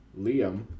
liam